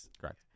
Correct